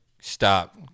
stop